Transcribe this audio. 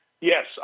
yes